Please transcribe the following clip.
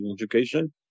education